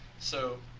so,